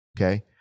okay